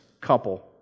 couple